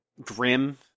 grim